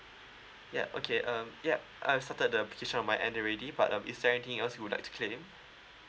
ya okay um yup I started the petition on my end already but um is there anything else you would like to claim